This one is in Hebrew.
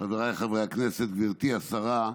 חבריי חברי הכנסת, גברתי השרה,